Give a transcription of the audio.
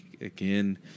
again